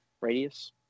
radius